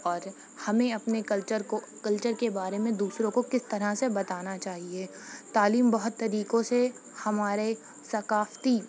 اور ہمیں اپنے کلچر کو کلچر کے بارے میں دوسروں کو کس طرح سے بتانا چاہیے تعلیم بہت طریقوں سے ہمارے ثقافتی